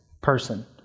person